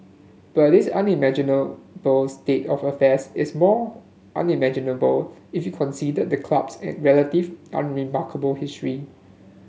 but this unimaginable state of affairs is more unimaginable if you considered the club's relative unremarkable history